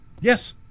yes